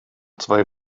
zwei